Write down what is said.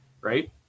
Right